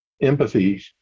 empathy